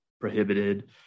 prohibited